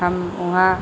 हम वहाँ